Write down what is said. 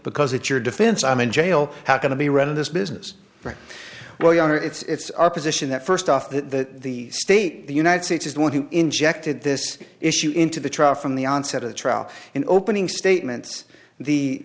because it's your defense i'm in jail how going to be run in this business very well your honor it's our position that first off that the state the united states is the one who injected this issue into the trial from the onset of the trial in opening statements the